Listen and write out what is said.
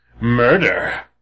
murder